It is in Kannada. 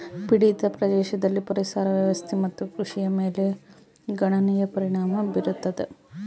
ಪೀಡಿತ ಪ್ರದೇಶದಲ್ಲಿ ಪರಿಸರ ವ್ಯವಸ್ಥೆ ಮತ್ತು ಕೃಷಿಯ ಮೇಲೆ ಗಣನೀಯ ಪರಿಣಾಮ ಬೀರತದ